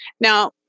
Now